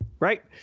Right